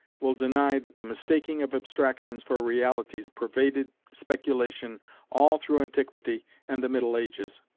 will deny that the mistaking of abstractions for realities pervaded speculation all through antiquity and the middle ages.